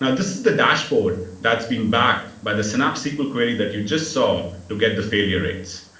and this is the dashboard that's being backed by the synapse sql query that you just saw to get the failure rates.